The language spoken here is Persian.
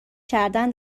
کردن